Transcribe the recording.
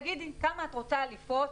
תגידי כמה את רוצה לפרוס,